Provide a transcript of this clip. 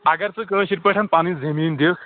اَگر ژٕ کٲشِر پٲٹھۍ پَنٕنۍ زٔمیٖن دِکھ